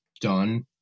done